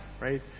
right